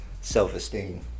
self-esteem